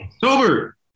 Sober